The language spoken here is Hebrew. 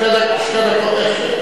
שתי דקות.